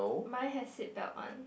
mine has seat belt on